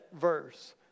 verse